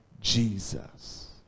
Jesus